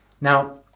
Now